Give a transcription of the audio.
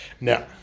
Now